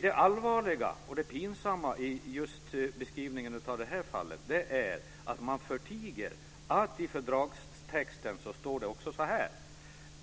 Det allvarliga och det pinsamma i just beskrivningen av detta fall är att man förtiger att det i fördragstexten även står att